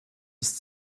ist